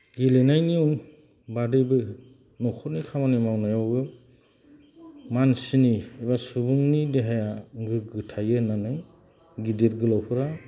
गेलेनायनि बादैबो नखरनि खामानि मावनायावबो मानसिनि एबा सुबुंनि देहाया गोग्गो थायो होन्नानै गिदिर गोलावफोरा